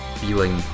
feeling